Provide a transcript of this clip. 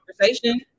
conversation